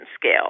Scale